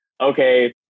okay